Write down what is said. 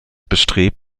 bestrebt